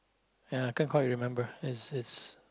ya I can't quite remember it's it's